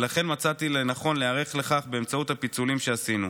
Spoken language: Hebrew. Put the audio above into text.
ולכן מצאתי לנכון להיערך לכך באמצעות הפיצולים שעשינו.